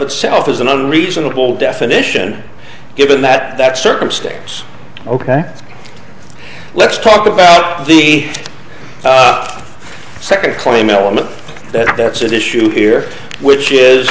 itself is an and reasonable definition given that that circumstance ok let's talk about the second claim element that's at issue here which is